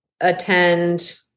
attend